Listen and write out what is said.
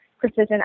precision